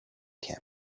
camp